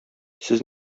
сез